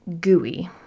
gooey